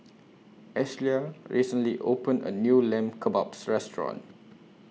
Ashlea recently opened A New Lamb Kebabs Restaurant